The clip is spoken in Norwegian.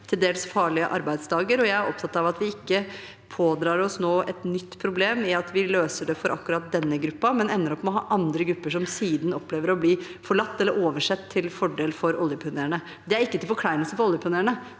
til dels farlige arbeidsdager. Jeg er opptatt av at vi nå ikke pådrar oss et nytt problem ved at vi løser det for akkurat denne gruppen, men ender opp med å ha andre grupper som siden opplever å bli forlatt eller oversett til fordel for oljepionerene. Det er ikke til forkleinelse for oljepionerene.